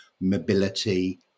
mobility